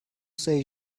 say